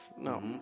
No